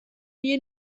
wir